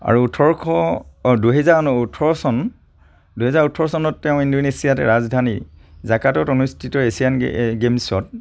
আৰু দুহেজাৰ ওঠৰ চনত তেওঁ ইণ্ডোনেছিয়াত ৰাজধানী জাকাৰ্টাত অনুষ্ঠিত এছিয়ান গেমছত